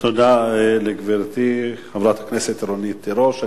תודה לגברתי, חברת הכנסת רונית תירוש.